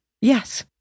yes